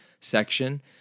section